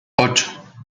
ocho